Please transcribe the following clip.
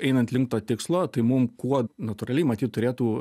einant link to tikslo tai mum kuo natūraliai matyt turėtų